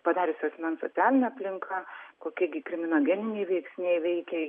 padariusio asmens socialinė aplinka kokie gi kriminogeniniai veiksniai veikia